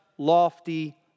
lofty